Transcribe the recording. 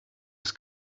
ist